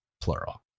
plural